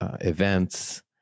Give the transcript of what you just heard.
events